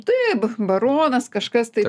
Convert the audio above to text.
taip baronas kažkas tai